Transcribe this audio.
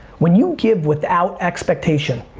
when you give without expectation,